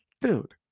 Dude